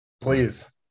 please